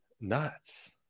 nuts